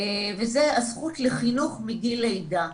וזו הזכות לחינוך מגיל לידה.